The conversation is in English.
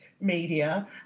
media